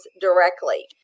directly